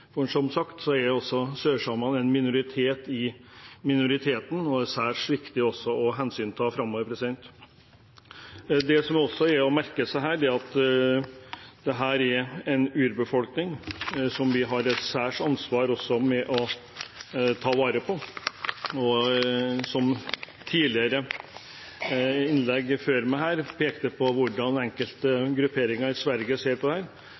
Som sagt: Sørsamene er en minoritet i minoriteten og særs viktig å ta hensyn til framover. Det som også er å merke seg, er at dette er en urbefolkning som vi har et særlig ansvar for å ta vare på. I innlegg før meg har det blitt pekt på hvordan enkelte grupperinger i Sverige ser på dette. Jeg synes det